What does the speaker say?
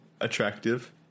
attractive